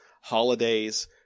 Holidays